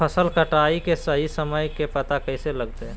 फसल कटाई के सही समय के पता कैसे लगते?